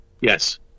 Yes